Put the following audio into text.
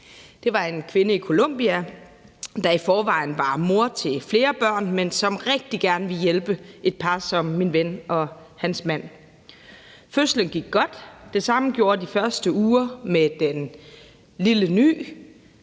Det var en kvinde i Colombia, der i forvejen var mor til flere børn, men som rigtig gerne ville hjælpe et par som min ven og hans mand. Fødslen gik godt, og det samme gjorde de første uger med den lille ny